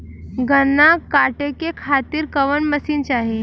गन्ना कांटेके खातीर कवन मशीन चाही?